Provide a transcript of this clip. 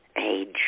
age